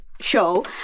show